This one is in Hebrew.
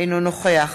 אינו נוכח